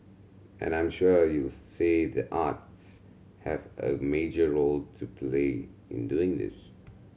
and I'm sure you'll say the arts have a major role to play in doing this